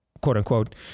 quote-unquote